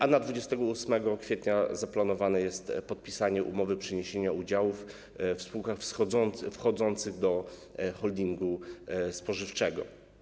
A na 28 kwietnia zaplanowane jest podpisanie umowy przeniesienia udziałów w spółkach wchodzących do holdingu spożywczego.